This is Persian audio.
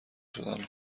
شدن